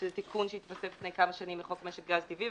שזה תיקון שהתווסף לפני כמה שנים לחוק משק הגז הטבעי,